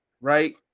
right